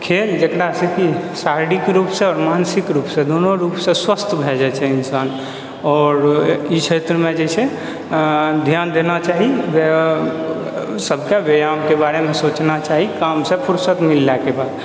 खेल जकरासँ कि शारीरिक रूपसँ मानसिक रूपसँ दुनू रूपसँ स्वस्थ भऽ जाइ छै इन्सान आओर ई क्षेत्रमे जे छै धियान देना चाही सबके व्यायामके बारेमे सोचना चाही कामसँ फुरसत मिललाके बाद